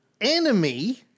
enemy